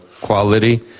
quality